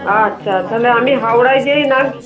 আচ্ছা তাহলে আমি হাওড়ায় যেয়েই